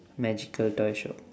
magical toy shop